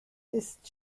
ist